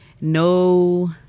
No